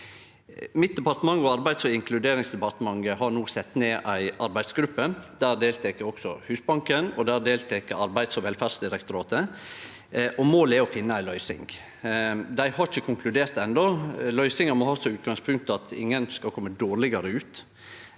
Arbeids- og inkluderingsdepartementet har no sett ned ei arbeidsgruppe. Der deltek også Husbanken og Arbeids- og velferdsdirektoratet. Målet er å finne ei løysing. Dei har ikkje konkludert enno. Løysinga må ha som utgangspunkt at ingen skal kome dårlegare ut